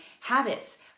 habits